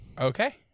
okay